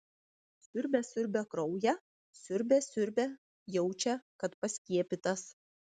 siurbia siurbia kraują siurbia siurbia jaučia kad paskiepytas